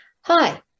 hi